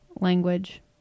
Language